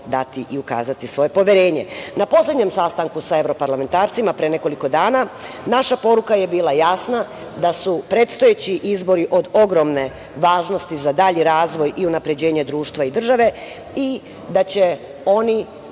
dati i ukazati svoje poverenje. Na poslednjem sastanku sa evroparlamentarcima, pre nekoliko dana, naša poruka je bila jasna, da su predstojeći izbori od ogromne važnosti za dalji razvoj i unapređenje društva i države, i da će oni